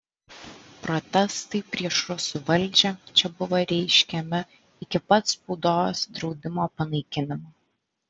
protestai prieš rusų valdžią čia buvo reiškiami iki pat spaudos draudimo panaikinimo